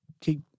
keep